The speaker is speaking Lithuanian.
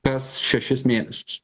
kas šešis mėnesius